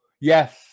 yes